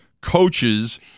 coaches—